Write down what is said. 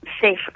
safe